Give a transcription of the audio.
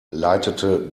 leitete